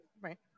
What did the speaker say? Right